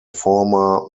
former